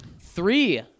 Three